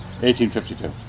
1852